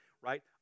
right